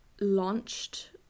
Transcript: launched